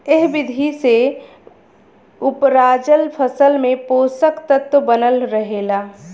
एह विधि से उपराजल फसल में पोषक तत्व बनल रहेला